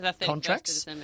contracts